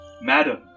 Madam